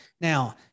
Now